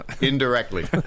Indirectly